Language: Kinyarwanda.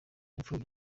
imfubyi